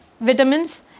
vitamins